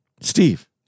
Steve